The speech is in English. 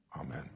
Amen